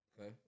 Okay